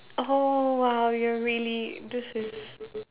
oh !wow! you're really this is